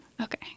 Okay